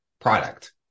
product